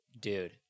Dude